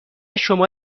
شما